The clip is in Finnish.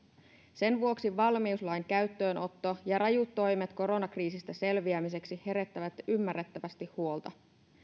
sen vuoksi valmiuslain käyttöönotto ja rajut toimet koronakriisistä selviämiseksi herättävät ymmärrettävästi huolta